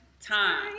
time